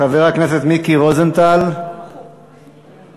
חבר הכנסת מיקי רוזנטל, איננו.